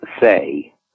say